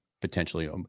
Potentially